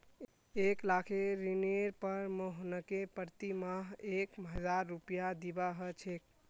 एक लाखेर ऋनेर पर मोहनके प्रति माह एक हजार रुपया दीबा ह छेक